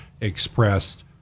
expressed